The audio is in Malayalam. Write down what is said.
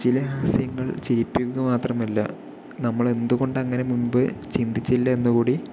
ചില ഹാസ്യങ്ങൾ ചിരിപ്പിക്കുക മാത്രമല്ല നമ്മളെന്തുകൊണ്ടങ്ങനെ മുമ്പ് ചിന്തിച്ചില്ല എന്ന് കൂടി